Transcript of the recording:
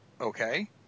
Okay